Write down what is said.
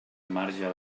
marge